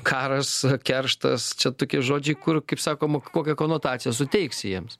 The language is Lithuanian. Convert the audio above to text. karas kerštas čia tokie žodžiai kur kaip sakoma kokią konotaciją suteiksi jiems